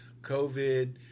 COVID